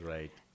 Right